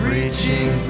Reaching